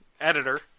editor